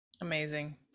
Amazing